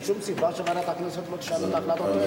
אין שום סיבה שוועדת הכנסת לא תשנה את החלטותיה.